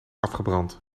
afgebrand